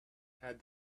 had